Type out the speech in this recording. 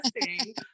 interesting